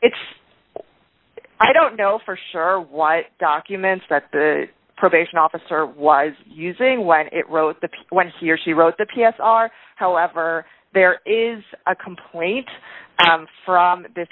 it's i don't know for sure what documents that the probation officer was using when it wrote the piece when he or she wrote the p s r however there is a complete for this